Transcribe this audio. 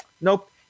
nope